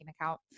account